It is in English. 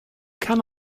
can